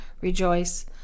rejoice